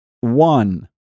one